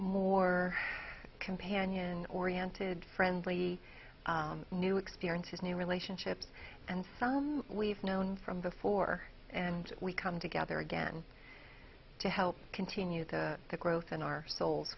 more companion oriented friendly new experiences new relationships and some we've known from before and we come together again to help continue to the growth in our souls